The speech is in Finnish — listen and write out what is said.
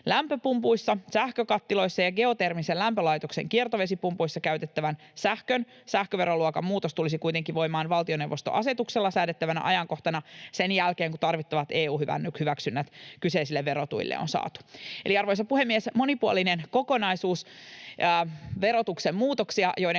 Lämpöpumpuissa, sähkökattiloissa ja geotermisen lämpölaitoksen kiertovesipumpuissa käytettävän sähkön sähköveroluokan muutos tulisi kuitenkin voimaan valtioneuvoston asetuksella säädettävänä ajankohtana sen jälkeen, kun tarvittavat EU-hyväksynnät kyseisille verotuille on saatu. Eli, arvoisa puhemies, monipuolinen kokonaisuus verotuksen muutoksia, joiden